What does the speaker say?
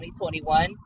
2021